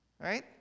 right